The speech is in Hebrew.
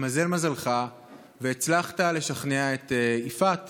התמזל מזלך והצלחת לשכנע את יפעת